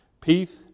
Peace